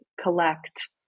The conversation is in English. collect